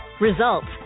results